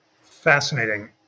Fascinating